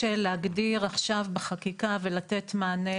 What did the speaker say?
מאוד קשה להגדיר עכשיו בחקיקה ולתת מענה